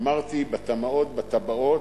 אמרתי: בתמ"אות, בתב"עות,